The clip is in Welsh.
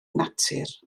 natur